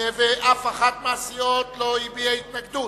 ואף אחת מהסיעות לא הביעה התנגדות,